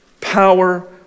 power